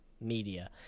media